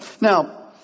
Now